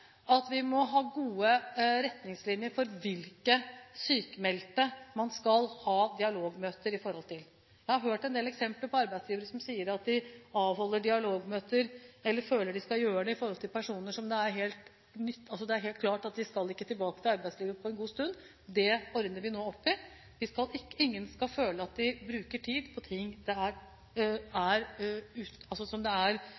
at vi må ha gode retningslinjer for hvilke sykmeldte man skal ha dialogmøter med. Jeg har hørt en del eksempler fra arbeidsgivere som sier at de avholder dialogmøter, eller føler de skal gjøre det, med personer det er helt klart ikke skal tilbake til arbeidslivet på en god stund. Det ordner vi nå opp i. Ingen skal føle at de bruker tid på ting det er irrasjonelt å bruke tiden sin på. Jeg mener selv at vi nå er